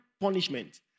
punishment